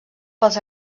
pels